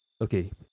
Okay